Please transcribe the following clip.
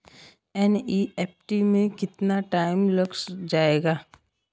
NEFT में कितना time लग जाएगा?